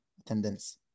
attendance